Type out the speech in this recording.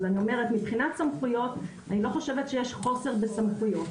ואני אומרת מבחינת סמכויות אני לא חושבת שיש חוסר בסמכויות,